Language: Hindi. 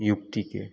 युग ठीक है